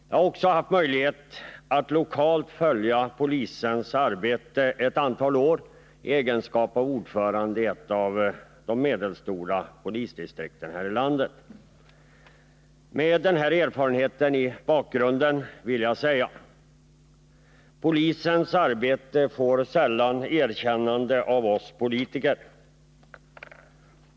Jag har också haft möjlighet att lokalt följa polisens arbete under ett antal år i egenskap av ordförande i ett av de medelstora polisdistrikten här i landet. Mot bakgrund av den erfarenheten vill jag säga: Polisens arbete får sällan erkännande av oss politiker.